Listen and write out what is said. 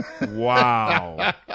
Wow